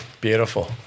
Beautiful